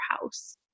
house